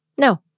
No